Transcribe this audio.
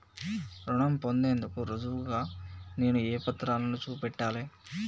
రుణం పొందేందుకు రుజువుగా నేను ఏ పత్రాలను చూపెట్టాలె?